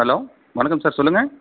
hello வணக்கம் sir சொல்லுங்கள்